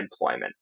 employment